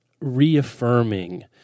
reaffirming